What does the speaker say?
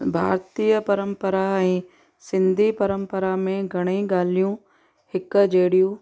भारतीय परंपरा ऐं सिंधी परंपरा में घणेई ॻाल्हियूं हिकु जहिड़ियूं